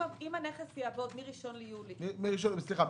אם הנכס יעבוד מ-1 ביולי --- סליחה,